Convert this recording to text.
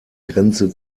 grenze